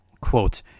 quote